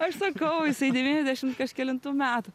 aš sakau jisai devyniasdešim kažkelintų metų